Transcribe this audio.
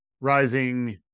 rising